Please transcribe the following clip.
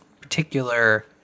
particular